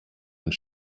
und